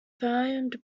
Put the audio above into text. found